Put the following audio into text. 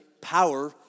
power